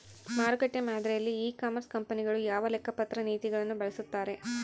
ಮಾರುಕಟ್ಟೆ ಮಾದರಿಯಲ್ಲಿ e commerce ಕಂಪನಿಗಳು ಯಾವ ಲೆಕ್ಕಪತ್ರ ನೇತಿಗಳನ್ನು ಬಳಸುತ್ತಾರೆ?